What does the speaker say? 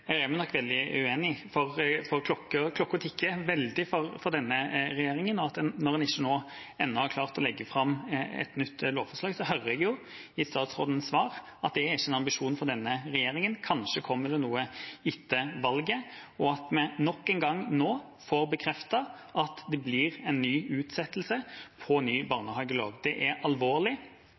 nok veldig uenige, for klokka tikker veldig for denne regjeringa når en ennå ikke har klart å legge fram et nytt lovforslag. Jeg hører i statsrådens svar at det ikke er en ambisjon for regjeringa. Kanskje kommer det noe etter valget og vi får nok en gang bekreftet at det blir en ny utsettelse for ny barnehagelov. Det er alvorlig,